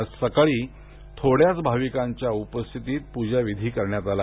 आज सकाळी थोड्याच भाविकांच्या उपस्थितीत प्रजाविधी करण्यात आला